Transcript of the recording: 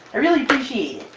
i really appreciate